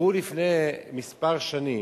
דיברו לפני כמה שנים,